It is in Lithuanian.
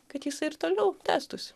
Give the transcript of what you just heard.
kad jisai ir toliau tęstųsi